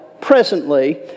presently